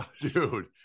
dude